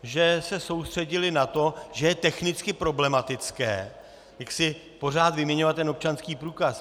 Že se soustředili na to, že je technicky problematické pořád vyměňovat ten občanský průkaz.